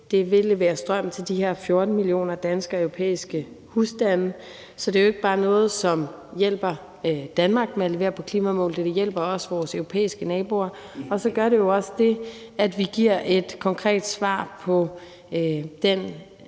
Det vil levere strøm til de her 14 millioner danske og europæiske husstande. Så det er jo ikke bare noget, som hjælper Danmark med at levere på vores klimamål. Det hjælper også vores europæiske naboer, og så gør det jo også det, at vi giver et konkret svar i